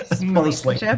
Mostly